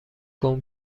گـم